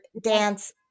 dance